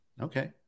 Okay